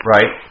Right